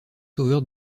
sauveur